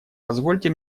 позвольте